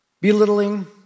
belittling